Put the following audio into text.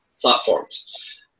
platforms